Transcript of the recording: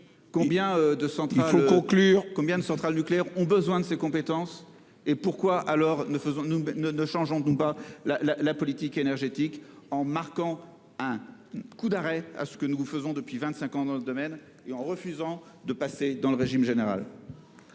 combien les centrales nucléaires ont besoin de ces compétences ? Dès lors, pourquoi ne changeons-nous pas la politique énergétique en donnant un coup d'arrêt à ce que nous faisons depuis vingt-cinq ans dans ce domaine et en refusant de passer au régime général ?